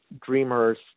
dreamers